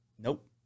Nope